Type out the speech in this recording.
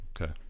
okay